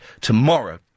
tomorrow